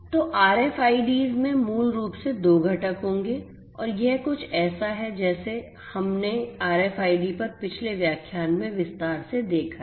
तो RFIDs में मूल रूप से दो घटक होंगे और यह कुछ ऐसा है जिसे हमने RFID पर पिछले व्याख्यान में विस्तार से देखा है